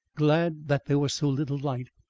glad that there was so little light,